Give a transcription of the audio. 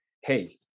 Hey